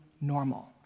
normal